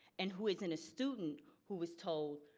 and who isn't a student who was told,